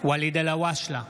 ואליד אלהואשלה,